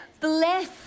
bless